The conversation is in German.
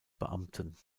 beamten